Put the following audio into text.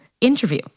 interview